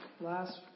last